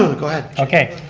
ah go ahead. okay.